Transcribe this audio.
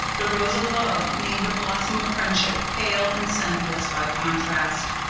the rose of love made the blossom of friendship pale and scentless by contrast.